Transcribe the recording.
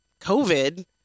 COVID